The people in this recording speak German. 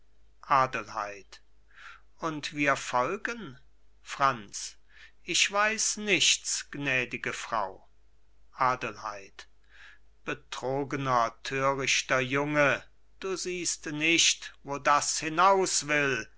adelheid und wir folgen franz ich weiß nichts gnädige frau adelheid betrogener törichter junge du siehst nicht wo das hinaus will